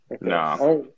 Nah